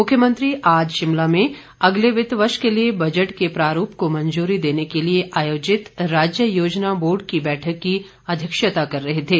मुख्यमंत्री आज शिमला में अगले वित्त वर्ष को लिए बजट के प्रारूप को मंजूरी देने के लिए आयोजित राज्य योजना बोर्ड की बैठक की अध्यक्षता कर रहे थे